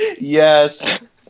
Yes